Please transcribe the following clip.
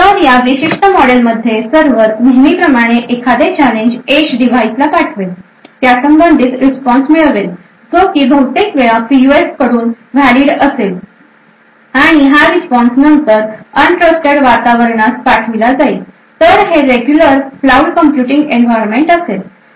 तर या विशिष्ट मॉडेलमध्ये सर्व्हर नेहमीप्रमाणे एखादे चॅलेंज एज डिव्हाइस ला पाठवेल त्यासंबंधी रिस्पॉन्स मिळवेल जो की बहुतेक वेळा पीयूएफकडून व्हॅलिड असेल आणि हा रिस्पॉन्स नंतर अनत्रस्तेड वातावरणास पाठविला जाईल तर हे रेग्युलर क्लाऊड कम्प्युटिंग एन्व्हायरमेंट असेल